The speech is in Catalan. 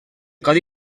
codi